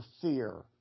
fear